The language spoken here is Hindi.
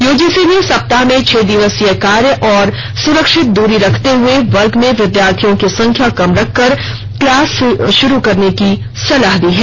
यूजीसी ने सप्ताह में छह दिवसीय कार्य और सुरक्षित दूरी रखते हए वर्ग में विद्यार्थियों की संख्या कम रखकर क्लास शुरू करने की सलाह दी है